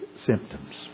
symptoms